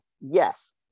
yes